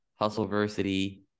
Hustleversity